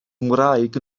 ngwraig